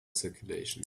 circulation